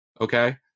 Okay